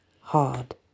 Hard